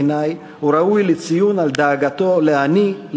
בעיני הוא ראוי לציון על דאגתו לעני,